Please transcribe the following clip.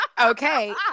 Okay